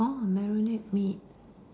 orh marinate meat